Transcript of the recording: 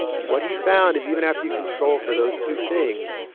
and what he found is, even after you control for those two things,